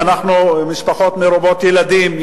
ואנחנו משפחות מרובות ילדים,